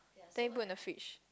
then you put in the fridge